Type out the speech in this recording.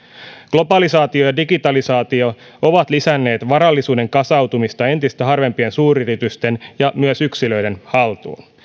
globalisaatio ja digitalisaatio ovat lisänneet varallisuuden kasautumista entistä harvempien suuryritysten ja myös yksilöiden haltuun